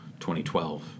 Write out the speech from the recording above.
2012